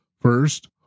First